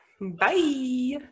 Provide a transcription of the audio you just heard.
Bye